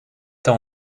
t’as